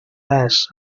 less